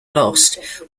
lost